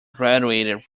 graduated